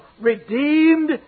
redeemed